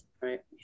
Right